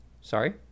sorry